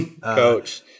Coach